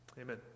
Amen